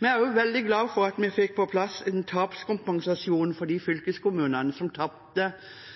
Vi er også veldig glade for at vi fikk på plass en tapskompensasjon for de fylkeskommunene som tapte